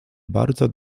bardzo